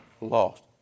lost